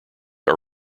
are